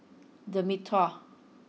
the Mitraa